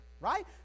right